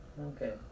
okay